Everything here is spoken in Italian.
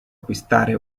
acquistare